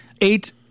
eight